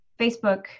Facebook